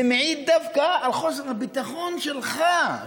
זה מעיד דווקא על חוסר הביטחון שלך.